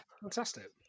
Fantastic